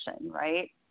Right